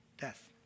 Death